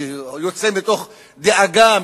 שיוצא מתוך דאגה,